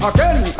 Again